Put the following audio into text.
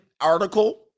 article